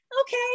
okay